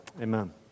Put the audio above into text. Amen